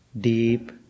deep